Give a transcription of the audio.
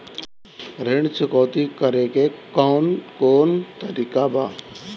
ऋण चुकौती करेके कौन कोन तरीका बा?